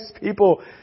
people